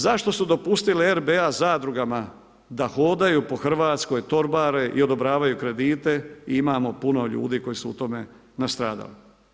Zašto su dopustile RBA zadrugama da hodaju po Hrvatskoj, torbare i odobravaju kredite i imamo puno ljudi koji su u tome nastradali.